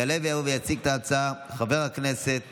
יעלה ויציג את ההצעה חבר הכנסת